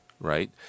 right